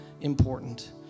important